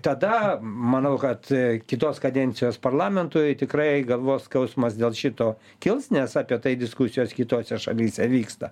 tada manau kad kitos kadencijos parlamentui tikrai galvos skausmas dėl šito kils nes apie tai diskusijos kitose šalyse vyksta